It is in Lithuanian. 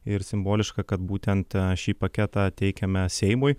ir simboliška kad būtent šį paketą teikiame seimui